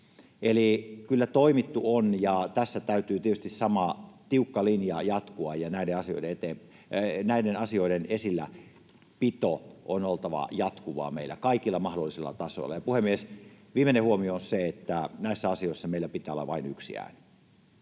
Eli kyllä toimittu on, ja tässä täytyy tietysti saman tiukan linjan jatkua, ja näiden asioiden esilläpidon on oltava jatkuvaa meillä kaikilla mahdollisilla tasoilla. Puhemies! Viimeinen huomio on, että näissä asioissa meillä pitää olla vain yksi ääni.